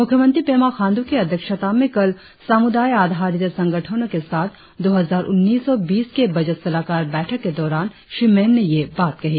मुख्यमंत्री पेमा खांड्र की अध्यक्षता में कल सामुदाय आधारित संगठनो के साथ दो हजार उन्नीस बीस के बजट सलाहकार बैठक के दौरान श्री मेन ने यह बात कही